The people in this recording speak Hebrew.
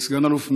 סגן אלוף מ'